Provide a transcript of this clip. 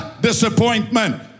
disappointment